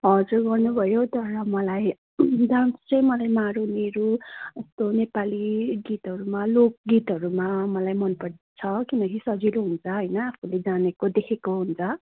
हजुर भन्नुभयो तर मलाई डान्स चाहिँ मलाई मारुनीहरू यस्तो नेपाली गीतहरूमा लोक गीतहरूमा मलाई मनपर्छ किनकि सजिलो हुन्छ होइन आफूले जानेको देखेको हुन्छ